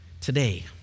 Today